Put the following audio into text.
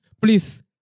please